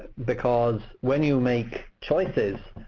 because when you make choices,